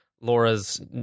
Laura's